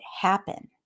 happen